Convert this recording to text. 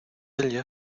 ella